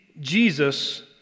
Jesus